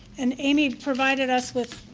and amy provided us with